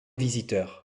visiteurs